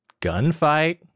Gunfight